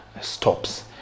stops